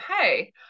hey